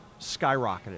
skyrocketed